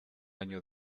año